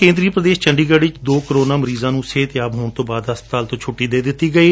ਕੇਂਦਰੀ ਪ੍ਰਦੇਸ਼ ਚੰਡੀਗੜੁ ਵਿਚ ਦੋ ਕੋਰੋਨਾ ਮਰੀਜਾਂ ਨੂੰ ਸਿਹਤਯਾ ਹੋਣ ਤੋਂ ਬਾਅਦ ਹਸਪਤਾਲ ਤੋਂ ਛੁੱਟੀ ਦੇ ਦਿੱਤੀ ਗਈ